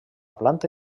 planta